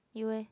you eh